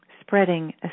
spreading